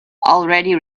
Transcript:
already